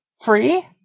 Free